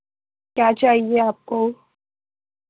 کیا چاہیے آپ کو